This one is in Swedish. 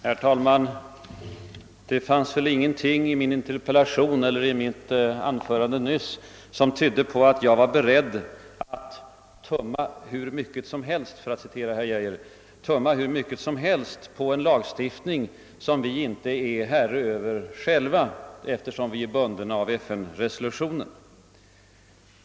Herr talman! Det fanns väl ingenting i min interpellation eller i mitt anförande som tydde på att jag var beredd att tumma hur mycket som helst — för att citera herr Geijer — på en lagstiftning som vi inte själva är herre Över eftersom vi är bundna av FN-resolutionen.